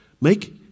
make